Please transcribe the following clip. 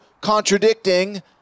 contradicting